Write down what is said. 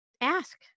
ask